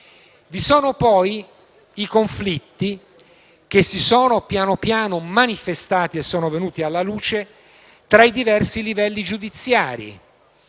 Vi sono poi i conflitti che si sono progressivamente manifestati e sono venuti alla luce tra i diversi livelli giudiziari: